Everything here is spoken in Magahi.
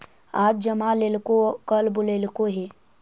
आज जमा लेलको कल बोलैलको हे?